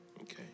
Okay